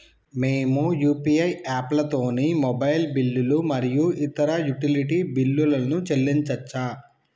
మేము యూ.పీ.ఐ యాప్లతోని మొబైల్ బిల్లులు మరియు ఇతర యుటిలిటీ బిల్లులను చెల్లించచ్చు